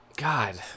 God